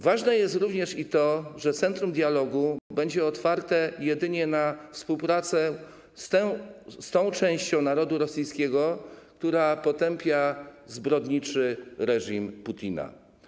Ważne jest również i to, że centrum dialogu będzie otwarte na współpracę jedynie z tą częścią narodu rosyjskiego, która potępia zbrodniczy reżim Putina.